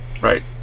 Right